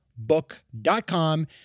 book.com